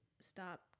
stop